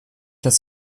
das